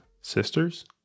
sisters